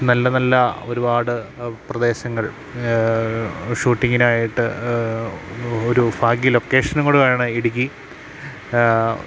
നല്ല നല്ല ഒരുപാട് പ്രദേശങ്ങൾ ഷൂട്ടിങ്ങിനായിട്ട് ഒരു ഭാഗ്യ ലൊക്കേഷനും കൂടെയാണ് ഇടുക്കി